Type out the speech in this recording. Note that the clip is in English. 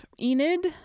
Enid